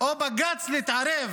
או בג"ץ להתערב